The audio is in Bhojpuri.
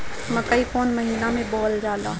मकई कौन महीना मे बोअल जाला?